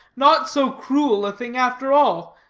not so cruel a thing after all,